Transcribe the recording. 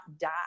die